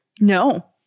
No